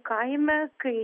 kaime kai